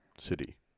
city